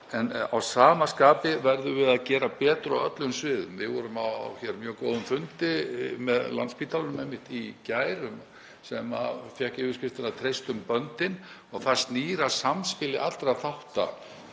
Að sama skapi verðum við að gera betur á öllum sviðum. Við vorum á mjög góðum fundi með Landspítalanum einmitt í gær sem fékk yfirskriftina Treystum böndin og það snýr að samspili allra þátta,